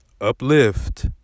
uplift